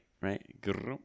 right